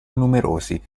numerosi